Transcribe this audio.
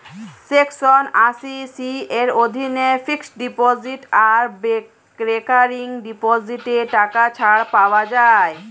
section আশি C এর অধীনে ফিক্সড ডিপোজিট আর রেকারিং ডিপোজিটে টাকা ছাড় পাওয়া যায়